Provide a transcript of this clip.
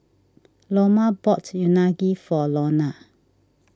Loma bought Unagi for Lona